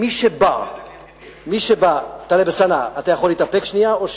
מי שבא, טלב אלסאנע, אתה יכול להתאפק שנייה, או,